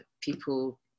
People